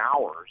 hours